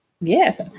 Yes